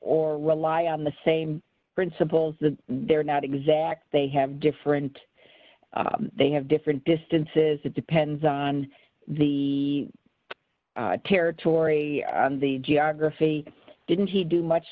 or rely on the same principals that they're not exact they have different they have different distances it depends on the territory on the geography didn't he do much